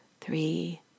three